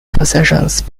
possessions